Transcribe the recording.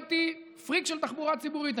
הייתי פריק של תחבורה ציבורית.